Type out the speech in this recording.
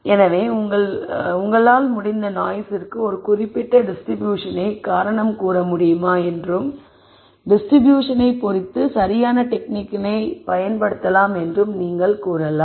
எனவே உங்களால் முடிந்த நாய்ஸ்ற்கு ஒரு குறிப்பிட்ட டிஸ்ட்ரிபியூஷனை காரணம் கூற முடியுமா என்றும் டிஸ்ட்ரிபியூஷனை பொறுத்து சரியான டெக்னிக்கை பயன்படுத்தலாம் என்றும் நீங்கள் கூறலாம்